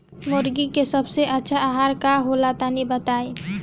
मुर्गी के सबसे अच्छा आहार का होला तनी बताई?